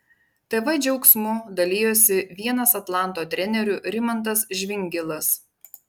tv džiaugsmu dalijosi vienas atlanto trenerių rimantas žvingilas